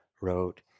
wrote